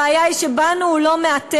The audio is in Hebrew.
הבעיה היא שבנו הוא לא מהתל,